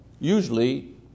usually